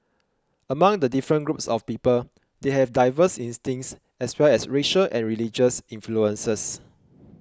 among the different groups of people they have diverse instincts as well as racial and religious influences